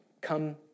Come